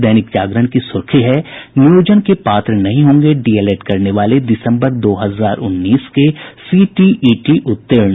दैनिक जागरण की सुर्खी है नियोजन के पात्र नहीं होंगे डीएलएड करने वाले दिसम्बर दो हजार उन्नीस के सीटीइटी उत्तीर्ण